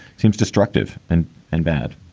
seems destructive and and bad,